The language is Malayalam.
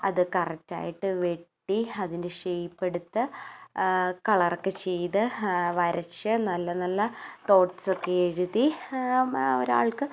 അത് കറെക്റ്റായിട്ട് വെട്ടി അതിൻ്റെ ഷേയ്പ്പ് എടുത്ത് കളറൊക്കെ ചെയ്ത് വരച്ച് നല്ല നല്ല തോട്ട്സൊക്കെ എഴുതി ഒരാൾക്ക്